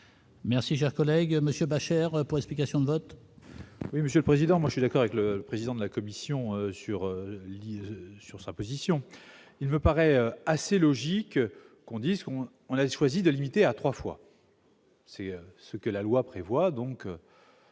Merci, cher collègue Monsieur Bachere pour explication de vote. Oui, monsieur le président, moi j'ai d'accord avec le président de la Commission sur l'île sur sa position, il veut paraît assez logique conditions on a choisi de limiter à 3 fois. C'est ce que la loi prévoit donc.